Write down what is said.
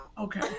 Okay